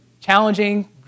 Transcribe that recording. challenging